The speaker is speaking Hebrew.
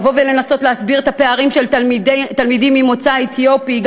לבוא ולנסות להסביר את הפערים של תלמידים ממוצא אתיופי,